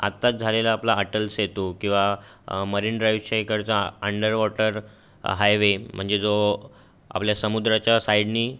आत्ताच झालेला आपला अटल सेतू किंवा मरिन ड्राईव्हच्या इकडचा अंडर वॉटर हायवे म्हणजे जो आपल्या समुद्राच्या साईडने